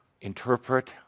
interpret